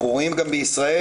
אנחנו רואים שגם בישראל,